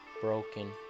broken